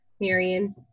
Marion